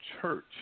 church